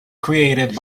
created